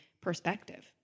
perspective